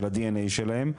של הדנ"א שלהם,